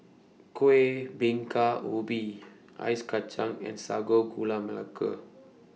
Kuih Bingka Ubi Ice Kacang and Sago Gula Melaka